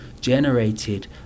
generated